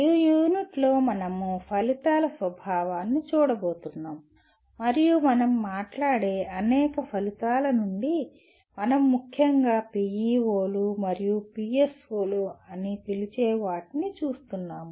ఈ యూనిట్లో మనం ఫలితాల స్వభావాన్ని చూడబోతున్నాం మరియు మనం మాట్లాడే అనేక ఫలితాల నుండి మనం ముఖ్యంగా PEO లు మరియు PSO లు అని పిలిచే వాటిని చూస్తున్నాము